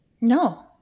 No